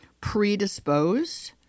predisposed